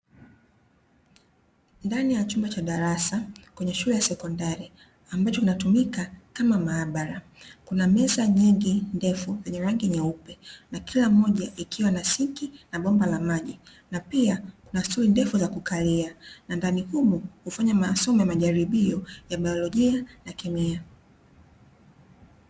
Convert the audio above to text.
Ndani ya chumba cha darasa kwenye shule ya sekondari ambacho kinatumika kama maabara, kuna meza nyingi ndefu zenye rangi nyeupe na kila moja ikiwa na sinki na bomba la maji na pia kuna stuli ndefu za kukalia. Ndani humo hufanya masomo ya majaribio ya baiolojia na kemia.